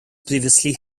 previously